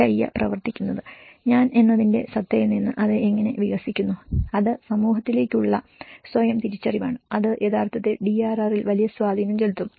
ചയ്യ പ്രവർത്തിക്കുന്നത് ഞാൻ എന്നതിന്റെ സത്തയിൽ നിന്ന് അത് എങ്ങനെ വികസിക്കുന്നു അത് സമൂഹത്തിലേക്കുള്ള സ്വയം തിരിച്ചറിവാണ് അത് യഥാർത്ഥത്തിൽ DRR ൽ വലിയ സ്വാധീനം ചെലുത്തും